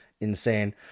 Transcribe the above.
insane